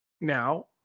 Now